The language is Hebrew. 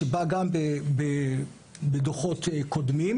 שעלה גם בדוחות קודמים,